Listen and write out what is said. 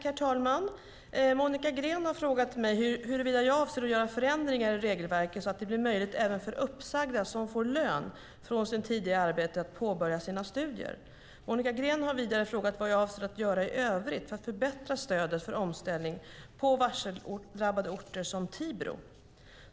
Herr talman! Monica Green har frågat mig huruvida jag avser att göra förändringar i regelverket så att det blir möjligt även för uppsagda som får lön från sin tidigare arbetsgivare att påbörja sina studier. Monica Green har vidare frågat vad jag avser att göra i övrigt för att förbättra stödet för omställning på varseldrabbade orter som Tibro.